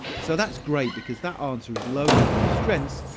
so that's great because that answer is loaded with strengths.